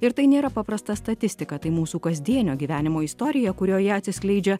ir tai nėra paprasta statistika tai mūsų kasdienio gyvenimo istorija kurioje atsiskleidžia